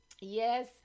Yes